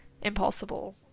impossible